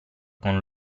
con